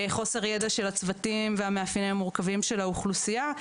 חוסר ידע של הצוותים והמאפיינים המורכבים של האוכלוסייה.